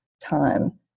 time